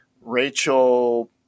Rachel